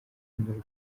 urukundo